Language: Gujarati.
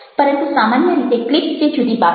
પરંતુ સામાન્ય રીતે ક્લિપ તે જુદી બાબત છે